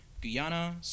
Guyana